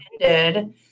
ended